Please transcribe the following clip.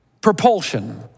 propulsion